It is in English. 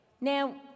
Now